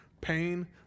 pain